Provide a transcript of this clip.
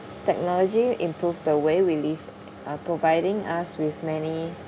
technology improve the way we live uh providing us with many